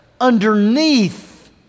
underneath